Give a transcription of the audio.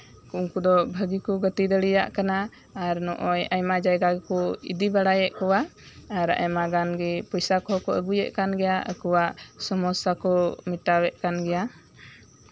ᱩᱱᱠᱩ ᱫᱚ ᱵᱷᱟᱹᱜᱤ ᱠᱚ ᱜᱟᱛᱮ ᱫᱟᱲᱮᱭᱟᱜ ᱠᱟᱱᱟ ᱟᱨ ᱱᱚᱜᱼᱚᱭ ᱟᱭᱢᱟ ᱡᱟᱭᱜᱟ ᱜᱮᱠᱚ ᱤᱫᱤ ᱵᱟᱲᱟᱭᱮᱫ ᱠᱚᱣᱟ ᱟᱨ ᱟᱭᱢᱟ ᱜᱟᱱ ᱜᱮ ᱯᱚᱭᱥᱟ ᱠᱚᱦᱚᱸ ᱠᱚ ᱟᱹᱜᱩᱭᱮᱫ ᱠᱟᱱ ᱜᱮᱭᱟ ᱟᱠᱚᱣᱟᱜ ᱥᱚᱢᱟᱥᱥᱟ ᱠᱚ ᱢᱮᱴᱟᱣᱮᱫ ᱠᱟᱱ ᱜᱮᱭᱟ